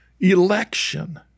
election